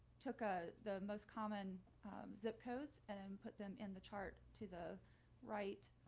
took a the most common zip codes and put them in the chart to the right.